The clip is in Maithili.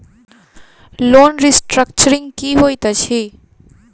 लोन रीस्ट्रक्चरिंग की होइत अछि?